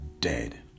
Dead